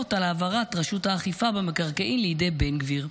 על העברת רשות האכיפה במקרקעין לידי בן גביר.